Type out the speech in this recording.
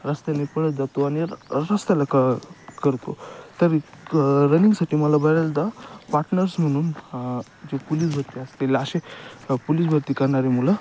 रस्त्याने पळत जातो आणि र रस्त्याला क करतो तरी रनिंगसाठी मला बऱ्याचदा पार्टनर्स म्हणून जे पुलीस भरती असतील असे पुलीस भरती करणारी मुलं